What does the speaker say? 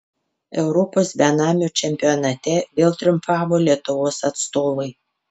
europos benamių čempionate vėl triumfavo lietuvos atstovai